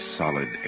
solid